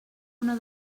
una